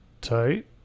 Tight